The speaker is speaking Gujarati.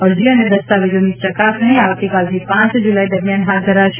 અરજી અને દસ્તાવેજોની ચકાસણી આવતીકાલથી પાંચ જુલાઈ દરમિયાન હાથ ધરાશે